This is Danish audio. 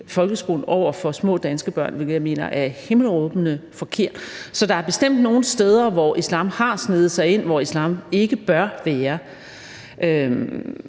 over for små danske børn, hvilket jeg mener er himmelråbende forkert. Så der er bestemt nogle steder, hvor islam har sneget sig ind, hvor islam ikke bør være.